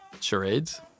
Charades